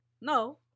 no